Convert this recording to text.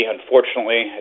Unfortunately